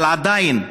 אבל עדיין,